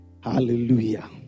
Hallelujah